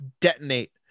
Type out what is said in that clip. detonate